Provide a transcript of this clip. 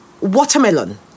watermelon